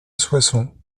soissons